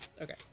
okay